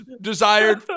desired